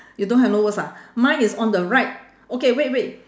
you don't have no words ah mine is on the right okay wait wait